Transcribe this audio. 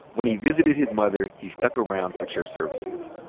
when he visited his mother, he stuck around for church services.